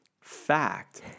fact